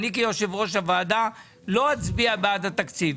אני כיושב-ראש הוועדה לא אצביע בעד התקציב,